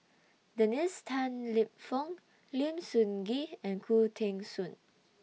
Dennis Tan Lip Fong Lim Sun Gee and Khoo Teng Soon